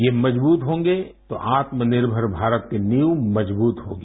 ये मजबूत होंगे तो आत्मनिर्भर भारत की नींव मजबूत होगी